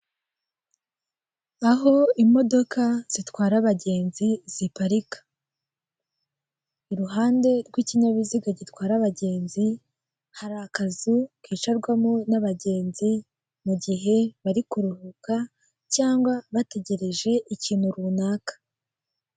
Aho imodoka zitwara abagenzi ziparika. Iruhande rw'ikinyabiziga gitwara abagenzi, hari akazu kicarwamo n'abagenzi igihe bari kuruhuka, cyangwa bategereje ikintu runaka.